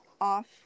off